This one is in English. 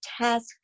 task